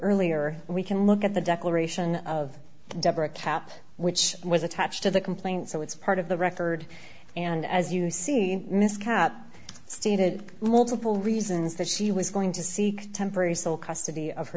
earlier we can look at the declaration of deborah cap which was attached to the complaint so it's part of the record and as you see miss kat stated multiple reasons that she was going to seek temporary sole custody of her